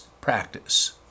practice